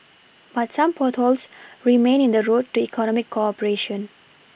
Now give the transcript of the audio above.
but some potholes remain in the road to economic cooperation